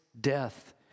death